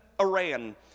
iran